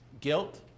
Guilt